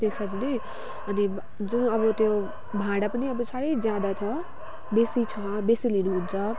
त्यसरी नै अनि जुन अब त्यो भाडा पनि साह्रै ज्यादा छ बेसी छ बेसी लिनुहुन्छ